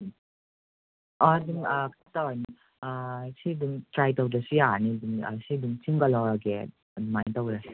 ꯎꯝ ꯑꯗꯨꯝ ꯇꯧꯔꯅꯤ ꯁꯤ ꯑꯗꯨꯝ ꯇ꯭ꯔꯥꯏ ꯇꯧꯗ꯭ꯔꯁꯨ ꯌꯥꯔꯅꯤ ꯑꯗꯨꯝ ꯁꯤ ꯑꯗꯨꯝ ꯁꯤ ꯑꯃꯒ ꯂꯧꯔꯒꯦ ꯑꯗꯨꯃꯥꯏꯅ ꯇꯧꯅꯔꯁꯦ